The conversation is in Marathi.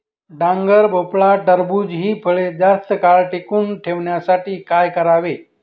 डांगर, भोपळा, टरबूज हि फळे जास्त काळ टिकवून ठेवण्यासाठी काय करावे?